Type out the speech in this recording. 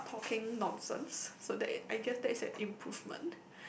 talking nonsense so that I guess that is an improvement